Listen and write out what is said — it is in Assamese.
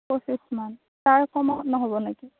পঁচিছ মান তাৰ কমত নহ'ব নেকি